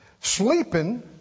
sleeping